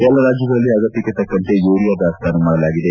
ಎಲ್ಲಾ ರಾಜ್ಯಗಳಲ್ಲಿ ಅಗತ್ವಕ್ಷೆ ತಕ್ಕಂತೆ ಯೂರಿಯಾ ದಾಸ್ತಾನು ಮಾಡಲಾಗಿದೆ